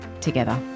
together